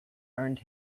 earned